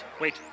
wait